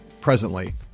presently